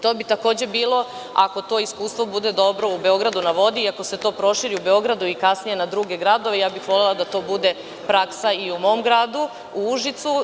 To bi takođe bilo, ako to iskustvo bude dobro u „Beogradu na vodi“ i ako se to proširi u Beogradu i kasnije na druge gradove, ja bih volela da to bude praksa i u mom gradu, u Užicu.